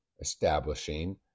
establishing